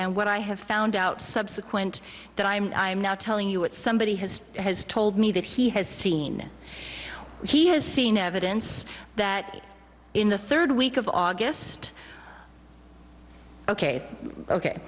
and what i have found out subsequent that i'm i'm now telling you what somebody has has told me that he has seen he has seen evidence that in the third week of august ok ok